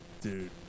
Dude